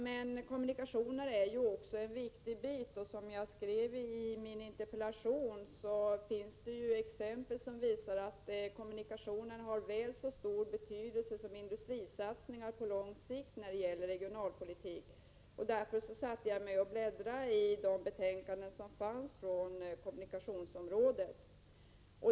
Men kommunikationer är också en viktig del, och som jag skrev i min interpellation finns det exempel som visar att kommunikationer har väl så stor betydelse på lång sikt som industrisatsningar när det gäller regionalpolitiken. Därför satte jag mig och bläddrade i de betänkanden som finns på kommunikationsområdet.